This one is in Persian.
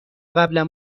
قبلا